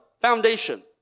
foundation